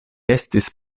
estis